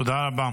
תודה רבה.